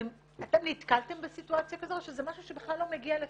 אתם נתקלתם בסיטואציה כזו או שזה משהו שבכלל לא מגיע לפתחכם?